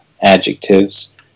adjectives